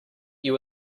you